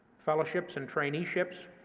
fellowships and traineeships,